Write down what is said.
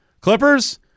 Clippers